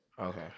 Okay